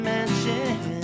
Mansion